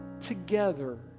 together